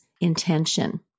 intention